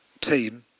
team